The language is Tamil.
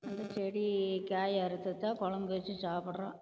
அந்த செடி காய் அறுத்துதான் கொழம்பு வச்சு சாப்பிட்றோம்